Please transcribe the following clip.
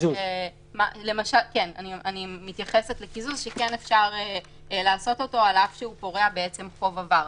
אני מתייחסת לקיזוז שכן אפשר לעשות אותו על אף שהוא פורע בעצם חוב עבר.